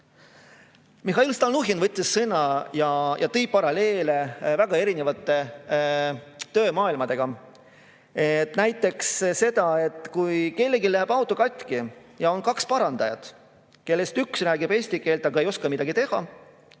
Mihhail Stalnuhhin võttis sõna ja tõi paralleele väga erinevate töömaailmadega. Näiteks kui kellelgi läheb auto katki ja on kaks parandajat, kellest üks räägib eesti keelt, aga ei oska midagi teha,